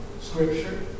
scripture